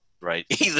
right